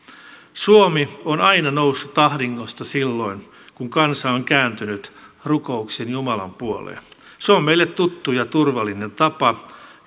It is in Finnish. suomi on aina noussut ahdingosta silloin kun kansa on kääntynyt rukouksin jumalan puoleen se on meille tuttu ja turvallinen tapa